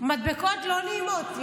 מדבקות לא נעימות,